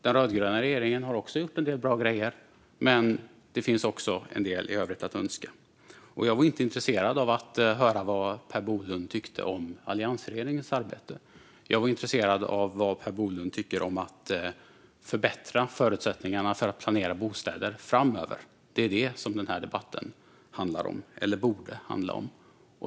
Den rödgröna regeringen har också gjort en del bra grejer, men det finns också en del i övrigt att önska. Jag var inte intresserad av att höra vad Per Bolund tyckte om alliansregeringens arbete. Jag var intresserad av vad Per Bolund tycker om att förbättra förutsättningarna att planera bostäder framöver. Det är det som den här debatten handlar om, eller borde handla om.